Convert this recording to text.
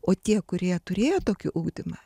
o tie kurie turėjo tokį ugdymą